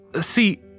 See